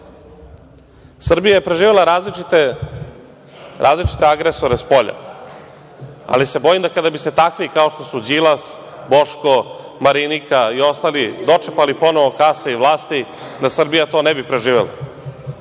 sve. Srbija je preživela različite agresore spolja, ali se bojim da kada bi se takvi kao što su Đilas, Boško, Marinika i ostali, dočepali ponovo kase i vlasti, da Srbija to ne bi preživela.